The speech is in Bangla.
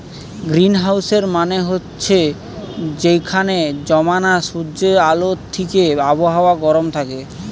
গ্রীনহাউসের মানে হচ্ছে যেখানে জমানা সূর্যের আলো থিকে আবহাওয়া গরম থাকে